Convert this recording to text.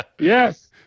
Yes